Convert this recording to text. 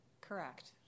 Correct